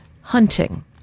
hunting